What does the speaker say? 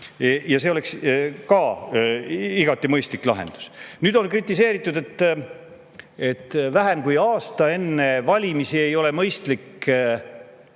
ja oleks ka igati mõistlik lahendus. On kritiseeritud, et vähem kui aasta enne valimisi ei ole mõistlik ja